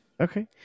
Okay